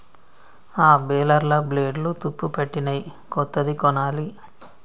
ఆ బేలర్ల బ్లేడ్లు తుప్పుపట్టినయ్, కొత్తది కొనాలి